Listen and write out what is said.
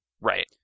Right